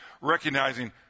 recognizing